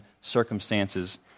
circumstances